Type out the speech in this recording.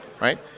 right